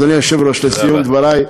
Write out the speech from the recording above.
תודה רבה.